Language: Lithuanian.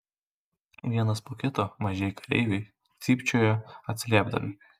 vienas po kito mažieji kareiviai cypčiojo atsiliepdami